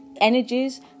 energies